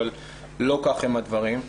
אבל לא כך הם הדברים.